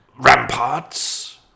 ramparts